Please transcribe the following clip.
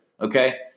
okay